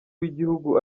w’igihugu